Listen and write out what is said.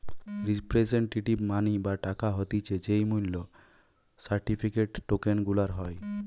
representative money বা টাকা হতিছে যেই মূল্য সার্টিফিকেট, টোকেন গুলার হয়